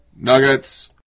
nuggets